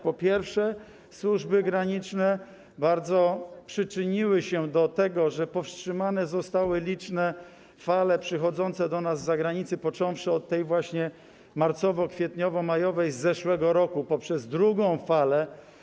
Po pierwsze, służby graniczne bardzo przyczyniły się do tego, że powstrzymane zostały liczne fale przychodzące do nas z zagranicy, począwszy właśnie od tej marcowo-kwietniowo-majowej z zeszłego roku, poprzez drugą falę.